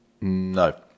No